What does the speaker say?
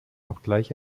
obgleich